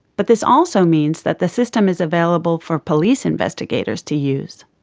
but this also means that the system is available for police investigators to use.